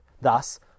thus